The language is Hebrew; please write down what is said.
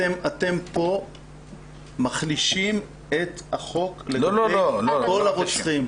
אתם פה מחלישים את החוק לגבי כל הרוצחים.